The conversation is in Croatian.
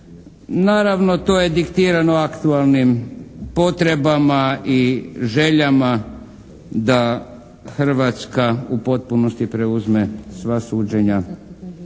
Naravno, to je diktirano aktualnim potrebama i željama da Hrvatska u potpunosti preuzme sva suđenja